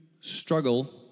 struggle